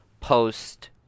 post-